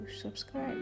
subscribe